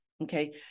Okay